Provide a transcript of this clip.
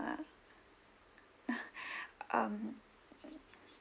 uh ah um